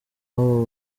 w’aba